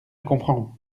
comprends